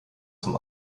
zum